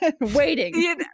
waiting